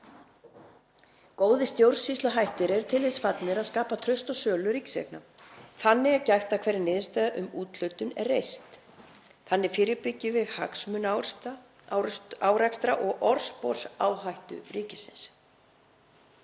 Góðir stjórnsýsluhættir eru til þess fallnir að skapa traust á sölu ríkiseigna. Þannig er gætt að því á hverju niðurstaða um úthlutun er reist. Þannig fyrirbyggjum við hagsmunaárekstra og orðsporsáhættu ríkisins.